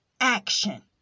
action